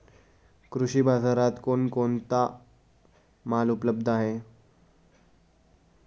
कृषी बाजारात कोण कोणता माल उपलब्ध आहे?